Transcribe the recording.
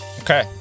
Okay